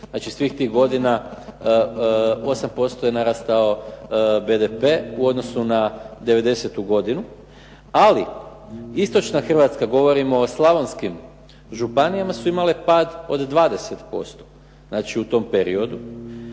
Znači svih tih godina 8% je narastao BDP u odnosu na '90. godinu. Ali istočna Hrvatska, govorimo o slavonskim županijama su imale pad od 20% znači u tom periodu,